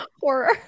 Horror